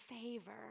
favor